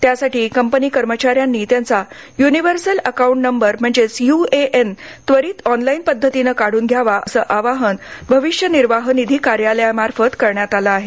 त्यासाठी कंपनी कर्मचाऱ्यांनी त्यांचा युनिव्हर्सल अकाऊंट नंबर म्हणजेच यूएएन त्वरित ऑनलाईन काढून घ्यावा असं आवाहन भविष्य निर्वाह निधी कार्यालयामार्फत करण्यात आलं आहे